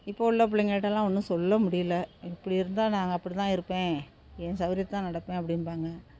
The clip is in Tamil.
இப்போ உள்ள பிள்ளைங்கள்ட்டல்லாம் ஒன்றும் சொல்ல முடியல இப்படி இருந்தால் நாங்கள் அப்படி தான் இருப்பேன் ஏன் சௌகரியத் தான் நடப்பேன் அப்படின்பாங்க